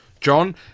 John